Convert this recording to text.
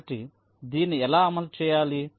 కాబట్టి దీన్ని ఎలా అమలు చేయాలి